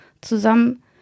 zusammen